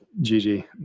Gigi